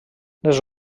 les